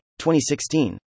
2016